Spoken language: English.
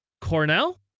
Cornell